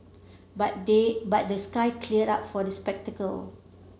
but the but the sky cleared up for the spectacle